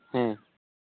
ᱦᱮᱸ